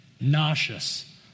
nauseous